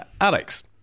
Alex